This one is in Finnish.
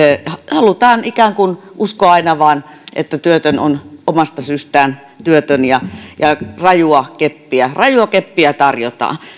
halutaan ikään kuin uskoa aina vain että työtön on omasta syystään työtön ja ja rajua keppiä rajua keppiä tarjotaan